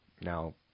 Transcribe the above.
Now